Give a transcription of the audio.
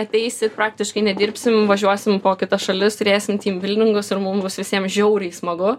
ateisi praktiškai nedirbsim važiuosim po kitas šalis turėsim tym bildingus ir mum bus visiem žiauriai smagu